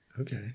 Okay